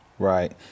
Right